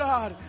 God